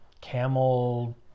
camel